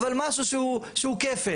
אבל משהו שהוא כפל.